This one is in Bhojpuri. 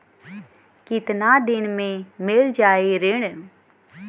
कितना दिन में मील जाई ऋण?